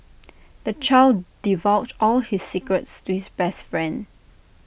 the child divulged all his secrets to his best friend